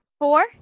Four